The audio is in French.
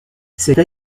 cette